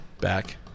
back